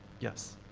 yes.